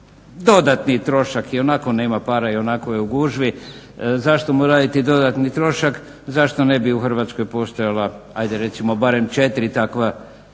dodatni trošak. Ionako nema para, ionako je u gužvi. Zašto mu raditi dodatni trošak, zašto ne bi u Hrvatskoj postojala hajde recimo barem 4 takva